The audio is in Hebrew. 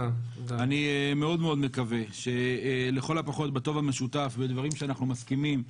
אני מאוד מקווה שלכל הפחות בטוב המשותף ודברים שאנחנו מסכימים,